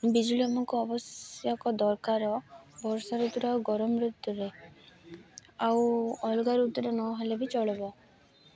ବିଜୁଳି ଆମକୁ ଆବଶ୍ୟକ ଦରକାର ବର୍ଷା ଋତୁୁର ଆଉ ଗରମ ଋତୁରେ ଆଉ ଅଲଗା ଋତୁରେ ନହେଲେ ବି ଚଳିବ